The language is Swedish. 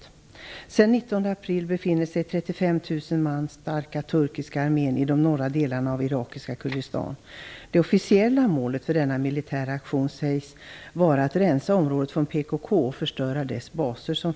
Sedan den 19 april befinner sig alltså denna 35 000 man starka turkiska armé i de norra delarna av irakiska Kurdistan. Det officiella målet för denna militära aktion sägs vara att rensa området från PKK och förstöra dess baser där.